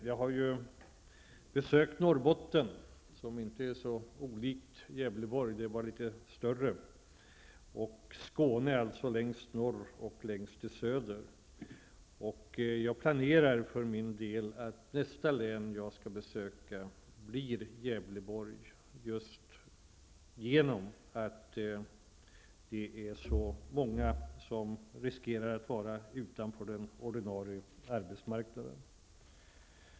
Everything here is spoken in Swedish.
Jag har besökt Norrbotten -- som inte är så olikt Gävleborg, det är bara litet större-- och Skåne. Jag har således varit längst i norr och längst i söder. Jag planerar att besöka Gävleborg som nästa län, eftersom så många riskerar att hamna utanför den ordinarie arbetsmarknaden där.